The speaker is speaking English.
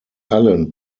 allen